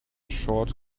short